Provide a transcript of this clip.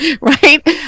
Right